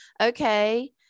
Okay